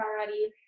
already